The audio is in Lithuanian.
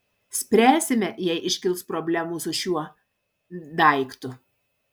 spręsime jei iškils problemų su šiuo daiktu